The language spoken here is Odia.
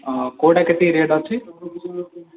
ହଉ କେଉଁଟା କେତିକି ରେଟ୍ ଅଛି